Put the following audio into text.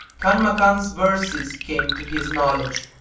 kanmakan's verses came to his knowledge.